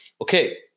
Okay